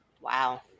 Wow